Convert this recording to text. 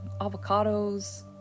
avocados